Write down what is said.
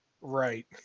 right